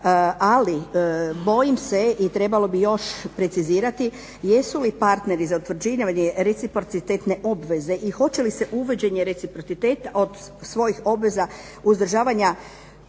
ali bojim se i trebalo bi još precizirati jesu li partneri za utvrđivanje reciprocitetne obveze i hoće li se uvođenje reciprociteta od svojih obveza uzdržavanja